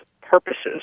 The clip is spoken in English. purposes